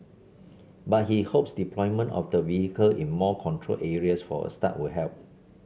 but he hopes deployment of the vehicle in more controlled areas for a start will help